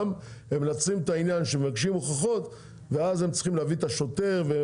גם הם מנצלים את העניין שמבקשים הוכחות ואז הם צריכים להביא את השוטר.